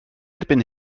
erbyn